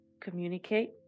communicate